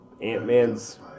Ant-Man's